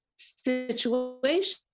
situation